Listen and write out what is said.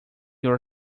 your